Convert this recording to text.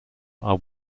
are